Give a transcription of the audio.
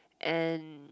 and